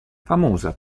famosa